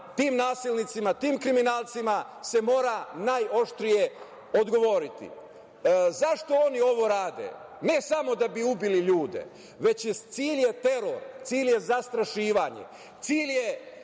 tim nasilnicima, tim kriminalcima se mora najoštrije odgovoriti.Zašto ono ovo rade? Ne samo da bi ubili ljude, već je cilj teror, cilj je zastrašivanje. Znači, cilj je